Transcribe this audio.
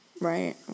right